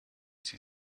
sie